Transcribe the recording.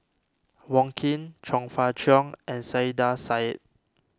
Wong Keen Chong Fah Cheong and Saiedah Said